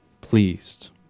pleased